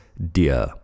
Dear